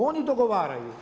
Oni dogovaraju.